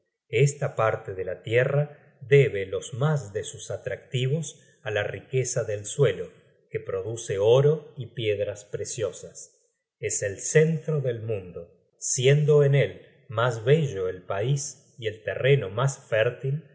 esta parte de la tierra debe los mas de sus atractivos á la riqueza del suelo que produce oro y piedras preciosas es el centro del mundo siendo en él mas bello el pais y el terreno mas fértil la